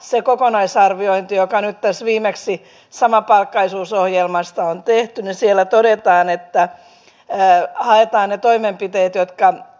siinä kokonaisarvioinnissa joka nyt tässä viimeksi samapalkkaisuusohjelmasta on tehty todetaan että haetaan ne